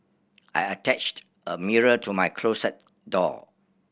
I attached a mirror to my closet door